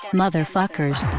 motherfuckers